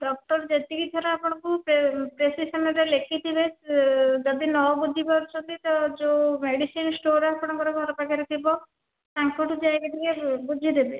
doctor ଯେତିକି ଥର ଆପଣଙ୍କୁ ପ୍ରେସ୍କ୍ରିପସନ୍ ରେ ଲେଖିଥିବେ ଯଦି ନ ବୁଝି ପାରୁଛନ୍ତି ତ ଯେଉଁ ମେଡ଼ିସିନ ଷ୍ଟୋର ଆପଣଙ୍କର ଘର ପାଖରେ ଥିବ ତାଙ୍କଠୁ ଯାଇକି ଟିକେ ବୁଝିଦେବେ